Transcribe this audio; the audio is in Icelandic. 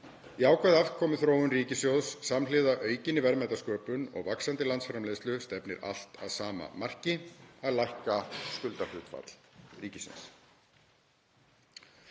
Jákvæð afkomuþróun ríkissjóðs samhliða aukinni verðmætasköpun og vaxandi landsframleiðslu stefnir allt að sama marki, að lækka skuldahlutfall ríkisins.